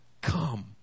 come